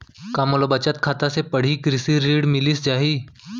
का मोला बचत खाता से पड़ही कृषि ऋण मिलिस जाही?